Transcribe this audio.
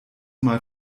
mal